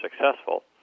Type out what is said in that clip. successful